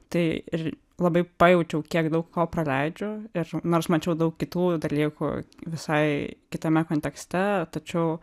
tai ir labai pajaučiau kiek daug ko praleidžiu ir nors mačiau daug kitų dalykų visai kitame kontekste tačiau